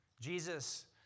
Jesus